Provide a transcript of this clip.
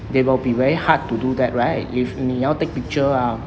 they will be very hard to do that right if 你要 take picture ah